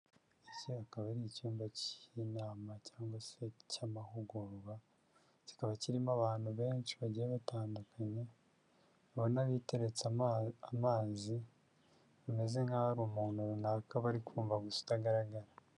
Iki akaba ari icyumba cy'inama cyangwa se cy'amahugurwa, kikaba kirimo abantu benshi bagiye batandukanye ubabona biteretse amazi bameze nkaho ari umuntu runaka bari kumva gusa utagaragara.